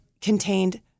contained